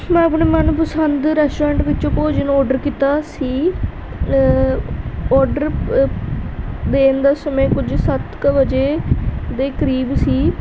ਮੈਂ ਆਪਣੇ ਮਨਪਸੰਦ ਰੈਸਟੋਰੈਂਟ ਵਿੱਚੋਂ ਭੋਜਨ ਔਡਰ ਕੀਤਾ ਸੀ ਔਡਰ ਦੇਣ ਦਾ ਸਮੇਂ ਕੁਝ ਸੱਤ ਕੁ ਵਜੇ ਦੇ ਕਰੀਬ ਸੀ